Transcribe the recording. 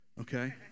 okay